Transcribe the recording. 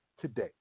Today